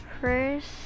first